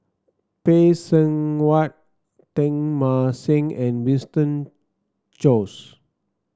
Phay Seng Whatt Teng Mah Seng and Winston Choos